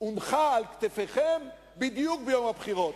הונחה על כתפיכם בדיוק ביום הבחירות.